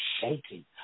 shaking